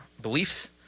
beliefs